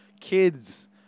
Kids